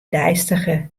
deistige